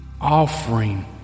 offering